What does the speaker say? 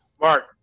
Mark